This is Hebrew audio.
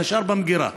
נשארה במגירה.